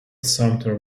sumter